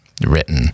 written